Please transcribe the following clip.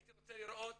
הייתי רוצה לראות